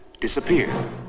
disappear